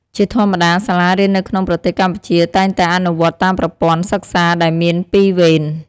ជាធម្មតា សាលារៀននៅក្នុងប្រទេសកម្ពុជាតែងតែអនុវត្តតាមប្រព័ន្ធសិក្សាដែលមានពីរវេន។